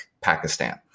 Pakistan